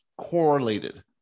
correlated